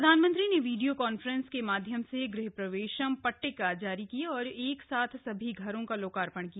प्रधानमंत्री ने video conference के माध्यम से गृह प्रवेशम ट्टिका जारी की और एक साथ सभी घरों का लोकार्थण किया